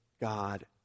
God